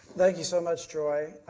thank you so much, joy.